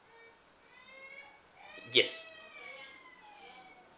yes